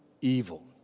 evil